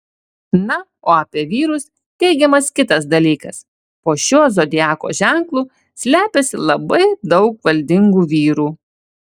na o apie vyrus teigiamas kitas dalykas po šiuo zodiako ženklu slepiasi labai daug valdingų vyrų